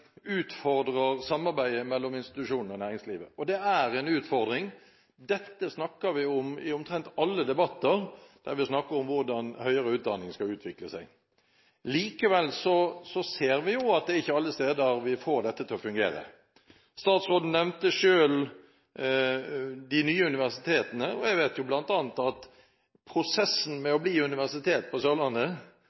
utfordrer samarbeidet mellom institusjonene og næringslivet. Det er en utfordring. Dette snakker vi om i omtrent alle debatter der vi snakker om hvordan høyere utdanning skal utvikle seg. Likevel ser vi at det ikke er alle steder vi får dette til å fungere. Statsråden nevnte selv de nye universitetene. Jeg vet bl.a. at prosessen med å bli universitet på Sørlandet